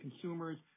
consumers